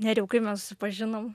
nerijau kai mes susipažinom